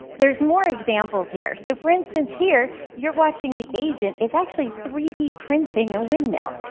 there's more examples here. so, for instance, here you're watching the agent is actually three d printing a windmill.